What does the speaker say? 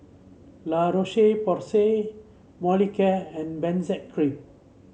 La Roche Porsay Molicare and Benzac Cream